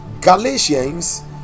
Galatians